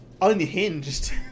unhinged